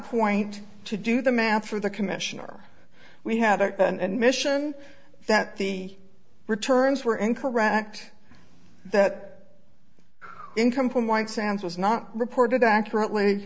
point to do the math for the commissioner we had it and mission that the returns were incorrect that income from white sands was not reported accurately